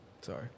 Sorry